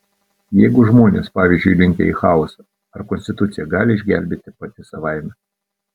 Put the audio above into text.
jeigu žmonės pavyzdžiui linkę į chaosą ar konstitucija gali išgelbėti pati savaime